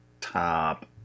top